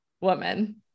woman